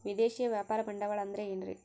ವಿದೇಶಿಯ ವ್ಯಾಪಾರ ಬಂಡವಾಳ ಅಂದರೆ ಏನ್ರಿ?